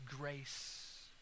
grace